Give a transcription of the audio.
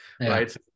right